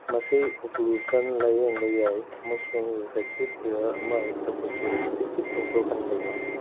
ꯃꯁꯤ ꯑꯣꯀ꯭ꯂꯨꯁꯟ ꯂꯥꯌꯦꯡꯕ ꯌꯥꯏ ꯑꯃꯁꯨꯡ ꯔꯤꯐ꯭ꯔꯦꯛꯇꯤꯞ ꯏꯔꯔ ꯑꯃ ꯍꯦꯛꯇꯕꯨꯁꯨ ꯆꯣꯡꯊꯣꯛꯍꯟꯕ ꯌꯥꯏ